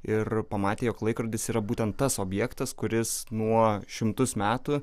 ir pamatė jog laikrodis yra būtent tas objektas kuris nuo šimtus metų